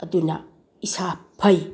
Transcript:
ꯑꯗꯨꯅ ꯏꯁꯥ ꯐꯩ